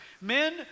Men